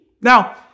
Now